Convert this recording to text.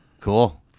Cool